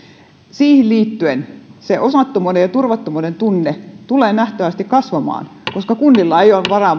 siihen liittyen se osattomuuden ja turvattomuuden tunne tulee nähtävästi kasvamaan koska kunnilla ei ole varaa